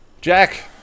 Jack